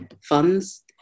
funds